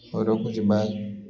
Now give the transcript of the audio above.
ହଉ ରଖୁଛି ବାଏ